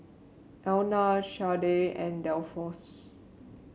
Elna Shardae and Dolphus